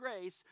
grace